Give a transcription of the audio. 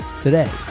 today